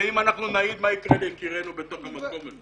ואם אנחנו נעיד מה יקרה ליקירנו בתוך המקום הזה.